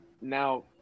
Now